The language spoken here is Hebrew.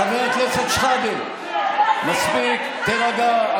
חבר הכנסת שחאדה, מספיק, תירגע.